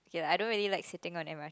okay lah I don't really like sitting on m_r_t